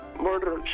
Murder